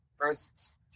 first